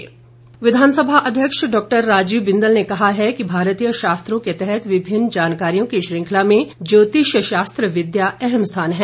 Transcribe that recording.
बिंदल विधानसभा अध्यक्ष डॉक्टर राजीव बिंदल ने कहा है कि भारतीय शास्त्रों के तहत विभिन्न जानकारियों की श्रृंखला में ज्योतिष शास्त्र विद्या अहम स्थान है